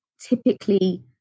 typically